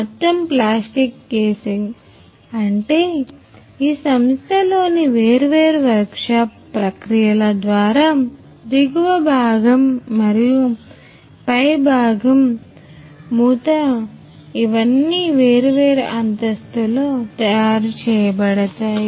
మొత్తం plastic casing అంటే ఈ సంస్థలోని వేర్వేరు వర్క్షాప్ ప్రక్రియల ద్వారా దిగువ భాగం మరియు పై భాగం మూత ఇవన్నీ వేర్వేరు అంతస్తులో తయారు చేయబడతాయి